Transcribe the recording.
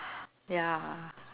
ya